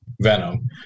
Venom